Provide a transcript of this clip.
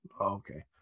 Okay